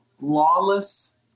Lawless